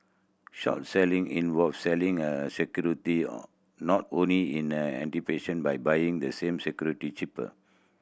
short selling involves selling a security not owned in a anticipation of buying the same security cheaper